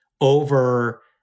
over